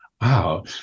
Wow